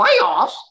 playoffs